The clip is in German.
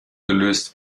gelöst